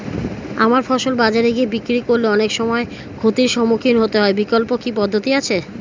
আমার ফসল বাজারে গিয়ে বিক্রি করলে অনেক সময় ক্ষতির সম্মুখীন হতে হয় বিকল্প কি পদ্ধতি আছে?